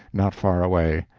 not far away.